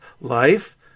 life